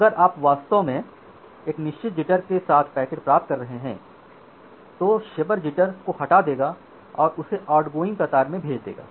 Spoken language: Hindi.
अगर आप वास्तव में एक निश्चित जिटर के साथ पैकेट प्राप्त कर रहे हैं तो शेपर जिटर को हटा देगा और इसे आउटगोइंग कतार में भेज देगा